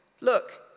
look